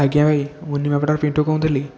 ଆଜ୍ଞା ଭାଇ ମୁଁ ନିମାପଡ଼ାରୁ ପିଣ୍ଟୁ କହୁଥିଲି